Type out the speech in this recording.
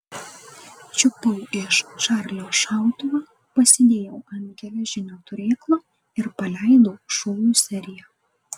čiupau iš čarlio šautuvą pasidėjau ant geležinio turėklo ir paleidau šūvių seriją